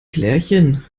klärchen